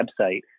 website